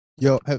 Yo